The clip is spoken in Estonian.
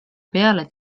peale